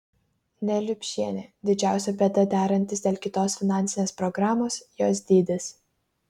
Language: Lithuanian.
neliupšienė didžiausia bėda derantis dėl kitos finansinės programos jos dydis